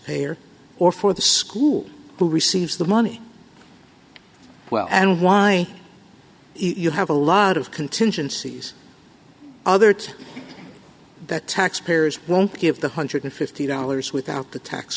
payer or for the school who receives the money well and why you have a lot of contingencies others that taxpayers won't give the one hundred and fifty dollars without the tax